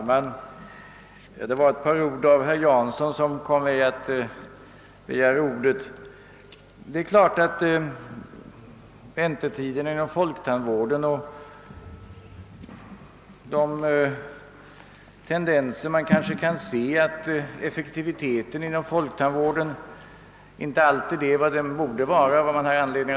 Herr talman! Det var ett par ord av herr Jansson som fick mig att begära ordet. Det är klart att de långa väntetiderna inom folktandvården och tendensen till att effektiviteten inte alltid är vad den borde vara är ett bekymmer.